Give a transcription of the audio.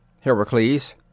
Heracles